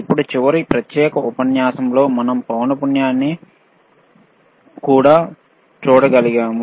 ఇప్పుడు చివరి ప్రత్యేకమైన ఉపన్యాసం లో మనం పౌనపున్యాని కూడా చూడగలిగాము